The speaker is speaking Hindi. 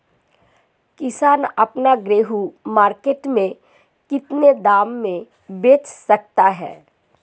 किसान अपना गेहूँ मार्केट में कितने दाम में बेच सकता है?